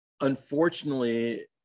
Unfortunately